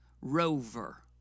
rover